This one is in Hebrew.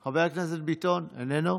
איננו,